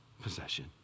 possession